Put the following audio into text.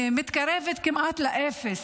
מתקרבת כמעט לאפס,